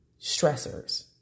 stressors